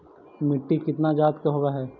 मिट्टी कितना जात के होब हय?